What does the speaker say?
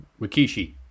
Rikishi